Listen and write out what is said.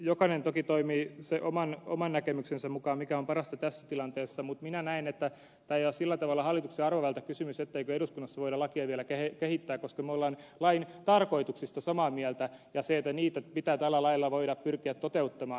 jokainen toki toimii sen oman näkemyksensä mukaan mikä on parasta tässä tilanteessa mutta minä näen että tämä ei ole sillä tavalla hallituksen arvovaltakysymys etteikö eduskunnassa voida lakia vielä kehittää koska me olemme lain tarkoituksesta samaa mieltä ja siitä mitä tällä lailla voidaan pyrkiä toteuttamaan